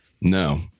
No